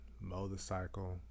motorcycle